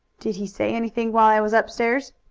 did he say anything while i was upstairs?